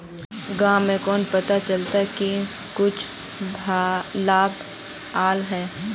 गाँव में केना पता चलता की कुछ लाभ आल है?